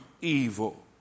evil